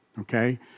Okay